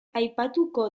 aipatuko